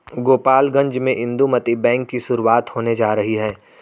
गोपालगंज में इंदुमती बैंक की शुरुआत होने जा रही है